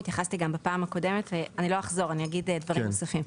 התייחסתי גם בפעם הקודמת ואני לא אחזור; אני אגיד דברים נוספים.